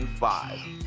Five